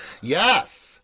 yes